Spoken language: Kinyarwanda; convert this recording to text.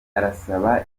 arasaba